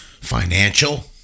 financial